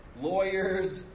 lawyers